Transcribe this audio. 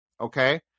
okay